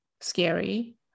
scary